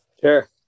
Sure